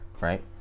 right